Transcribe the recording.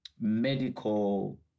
medical